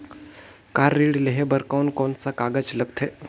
Car ऋण लेहे बार कोन कोन सा कागज़ लगथे?